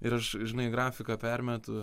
ir aš žinai grafiką permetu